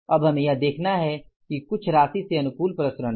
अब हमें यह देखना है कि कुछ राशि से अनुकूल प्रसरण है